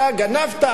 אתה גנבת,